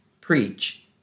preach